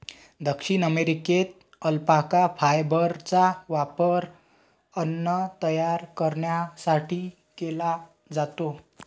दक्षिण अमेरिकेत अल्पाका फायबरचा वापर अन्न तयार करण्यासाठी केला जातो